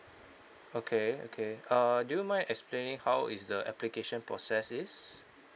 okay okay uh do you mind explaining how is the application process is